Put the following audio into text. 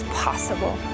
possible